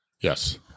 Yes